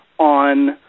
on